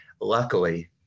luckily